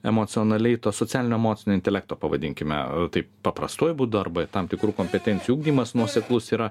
emocionaliai to socialinio emocinio intelekto pavadinkime taip paprastuoju būdu arba tam tikrų kompetencijų ugdymas nuoseklus yra